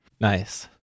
Nice